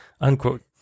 unquote